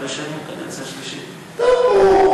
טוב,